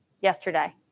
yesterday